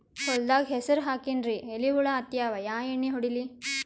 ಹೊಲದಾಗ ಹೆಸರ ಹಾಕಿನ್ರಿ, ಎಲಿ ಹುಳ ಹತ್ಯಾವ, ಯಾ ಎಣ್ಣೀ ಹೊಡಿಲಿ?